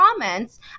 comments